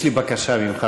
יש לי בקשה אליך.